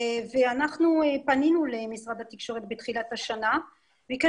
בתחילת השנה אנחנו פנינו למשרד התקשורת וביקשנו